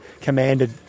commanded